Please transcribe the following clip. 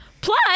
Plus